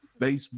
Facebook